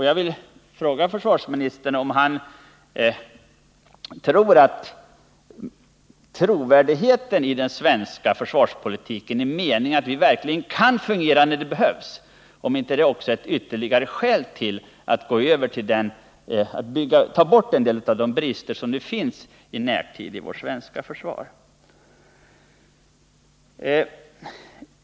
Jag vill fråga: Delar försvarsministern min tanke att trovärdigheten hos den svenska försvarspolitiken — i meningen att försvaret verkligen kan fungera när det behövs — är ytterligare ett skäl för att ta bort en del av de brister i närtid som nu finns i vårt svenska försvar?